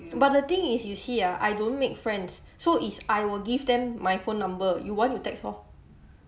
but the thing is you see ah I don't make friends so it's I will give them my phone number you want you text orh